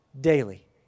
daily